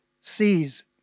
sees